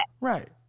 Right